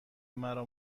مرا